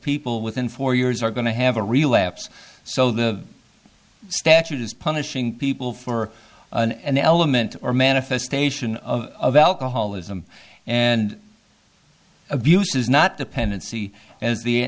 people within four years are going to have a relapse so the statute is punishing people for an element or manifestation of alcoholism and abuse is not dependency as the